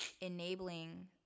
enabling